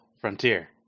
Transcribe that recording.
frontier